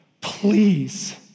Please